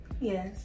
Yes